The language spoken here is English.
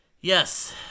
yes